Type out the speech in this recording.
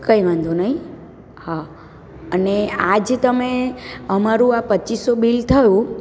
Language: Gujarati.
કંઈ વાંધો નહીં હા અને આ જે તમે અમારું આ પચીસો બિલ થયું